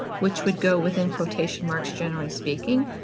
which would go within quotation marks, generally speaking.